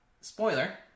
Spoiler